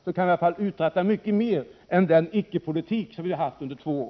Då kan vi uträtta mycket mer än med den icke-politik som förts under två år.